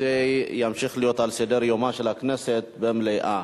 הנושא ימשיך להיות על סדר-יומה של הכנסת במליאה.